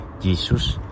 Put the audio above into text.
Jesus